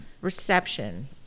reception